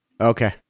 Okay